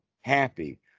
happy